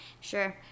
sure